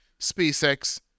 SpaceX